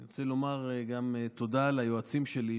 אני רוצה לומר תודה גם ליועצים שלי,